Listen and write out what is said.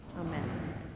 Amen